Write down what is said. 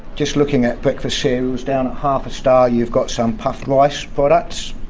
just looking at breakfast cereals down at half a star, you've got some puffed rice products,